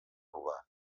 urbà